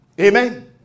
Amen